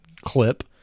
clip